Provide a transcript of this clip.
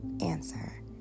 answer